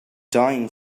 dying